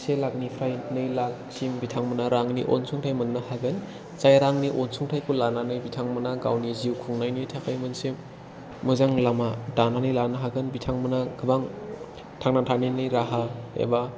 से लाखनिफ्राय नै लाखसिम बिथांमोना रांनि अनसुंथाय मोननो हागोन जाय रांनि अनसुंथायखौ लानानै बिथांमोना गावनि जिउ खुंनायनि थाखाय मोनसे मोजां लामा दानानै लानो हागोन बिथांमोना गोबां थांना थानायनि राहा एबा